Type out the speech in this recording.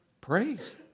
Praise